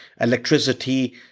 electricity